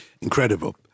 incredible